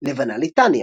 לבנה ליטני,